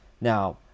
Now